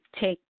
take